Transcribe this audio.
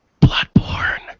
Bloodborne